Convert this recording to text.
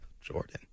Jordan